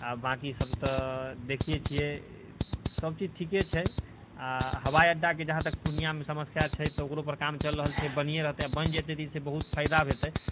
आओर बाँकी सब तऽ देखिते छिए सब चीज ठीके छै आओर हवाइअड्डाके जहाँ तक पूर्णियामे समस्या छै तऽ ओकरोपर काम चलि रहल छै बनिए बनि जेतै तऽ एहिसँ बहुत फायदा हेतै